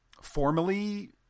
formally